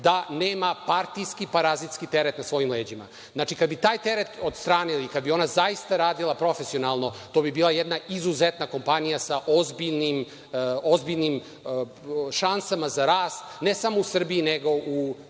da nema partijski parazitski teret na svojim leđima. Znači, kada bi taj teret od strane, kada bi zaista ona radila profesionalno, to bi bila jedna izuzetna kompanija sa ozbiljnim šansama za rast ne samo u Srbiji nego i u